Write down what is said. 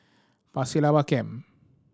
Pasir Laba Camp